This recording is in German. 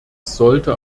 sollte